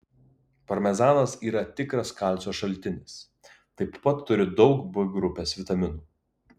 parmezanas yra tikras kalcio šaltinis taip pat turi daug b grupės vitaminų